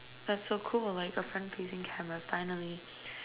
that's so cool like a front facing camera finally